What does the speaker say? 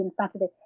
Saturday